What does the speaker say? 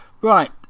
Right